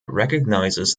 recognises